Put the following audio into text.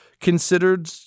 considered